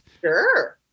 sure